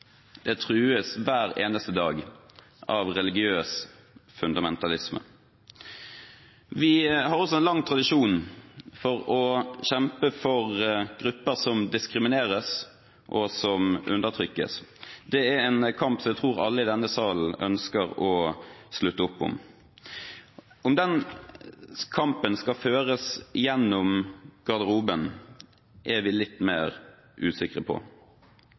trues hver eneste dag av religiøs fundamentalisme. Vi har en lang tradisjon for å kjempe for grupper som diskrimineres, og som undertrykkes. Det er en kamp som jeg tror alle i denne salen ønsker å slutte opp om. Om den kampen skal føres gjennom garderoben, er vi litt mer usikre på.